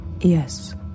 Yes